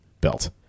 belt